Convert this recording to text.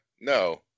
No